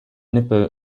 nipple